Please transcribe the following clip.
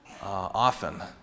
often